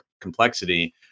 complexity